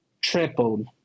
tripled